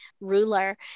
ruler